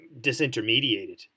disintermediated